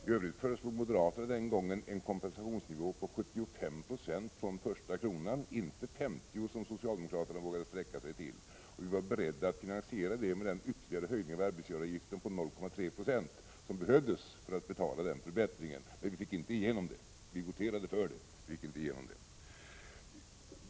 I övrigt föreslog moderaterna den gången en kompensationsnivå på 75 90 från första kronan, inte 50 26 som socialdemokraterna vågade sträcka sig till. Vi var 149 beredda att finansiera det med den ytterligare höjning av arbetsgivaravgiften på 0,3 20 som behövdes för att betala den förbättringen. Vi voterade för det, men vi fick inte igenom det.